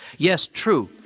yes, true,